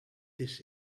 this